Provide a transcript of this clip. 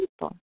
people